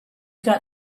got